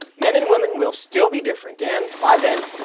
men and women will still be different and by then,